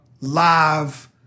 live